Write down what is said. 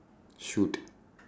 shoot